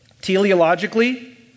Teleologically